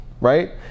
right